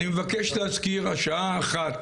אני מבקש להזכיר השעה 13:00,